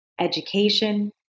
education